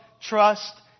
trust